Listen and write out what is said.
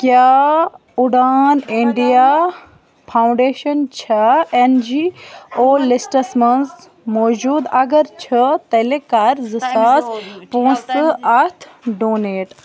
کیٛاہ Udaan India foundation چھےٚ N G O لِسٹَس منٛز موجوٗد اگر چھےٚ تیٚلہِ کَر زٕ ساس پونٛسہٕ اَتھ ڈونیٹ